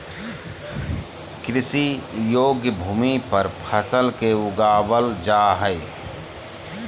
कृषि योग्य भूमि पर फसल के उगाबल जा हइ